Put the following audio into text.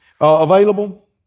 available